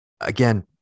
again